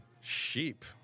Sheep